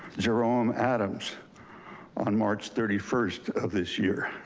jerome adams on march thirty first of this year.